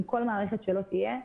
עם כל מערכת שלא תהיה,